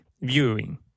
viewing